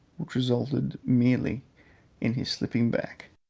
which resulted merely in his slipping back.